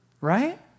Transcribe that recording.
right